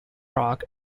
rock